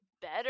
better